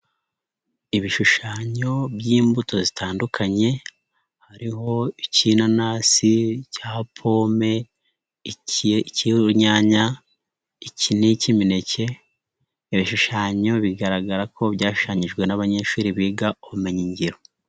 Ibishushanyo by'imbuto zitandukanye hariho icy'inanasi, icya pome, icy'urunyanya ni icy'imineke, ibishushanyo bigaragara ko byashushanyijwe n'abanyeshuri biga ubumenyingiro.